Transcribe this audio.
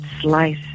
Slice